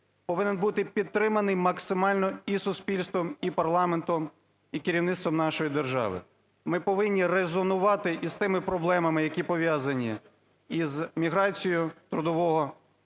повинна бути підтримана максимально і суспільством, і парламентом, і керівництвом нашої держави. Ми повинні резонувати з тими проблемами, які пов'язані і з міграцією трудового